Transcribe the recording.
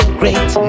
great